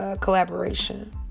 collaboration